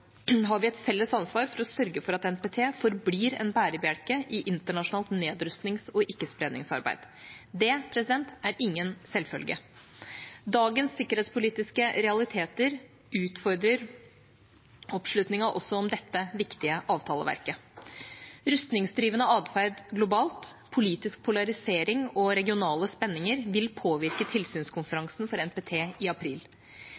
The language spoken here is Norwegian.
har vi et felles ansvar for å sørge for at NPT forblir en bærebjelke i internasjonalt nedrustnings- og ikkespredningsarbeid. Det er ingen selvfølge. Dagens sikkerhetspolitiske realiteter utfordrer oppslutningen også om dette viktige avtaleverket. Rustningsdrivende atferd globalt, politisk polarisering og regionale spenninger vil påvirke tilsynskonferansen for NPT i april.